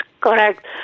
correct